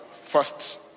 first